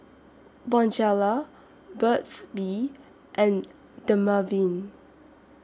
Bonjela Burt's Bee and Dermaveen